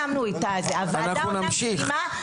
הוועדה אמנם סיימה,